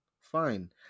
Fine